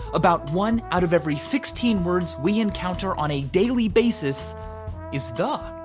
about one out of every sixteen words we encounter on a daily basis is the.